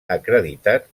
acreditat